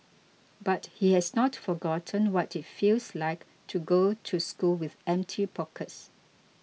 but he has not forgotten what it feels like to go to school with empty pockets